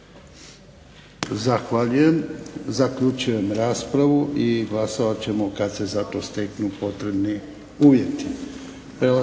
Zahvaljujem. Zaključujem raspravu i glasovat ćemo kad se za to steknu potrebni uvjeti.